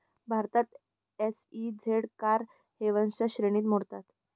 भारतात एस.ई.झेड कर हेवनच्या श्रेणीत मोडतात